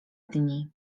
dni